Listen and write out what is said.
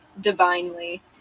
divinely